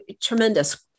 tremendous